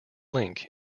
link